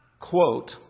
Quote